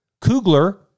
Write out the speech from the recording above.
Kugler